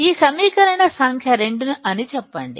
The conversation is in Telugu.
ఈ సమీకరణ సంఖ్య 2 అని చెప్పండి